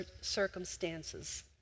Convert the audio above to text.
circumstances